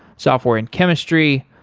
software and chemistry,